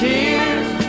Tears